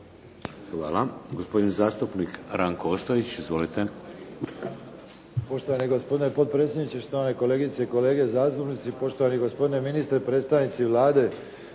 Hvala. Gospodin zastupnik Ranko Ostojić. Izvolite.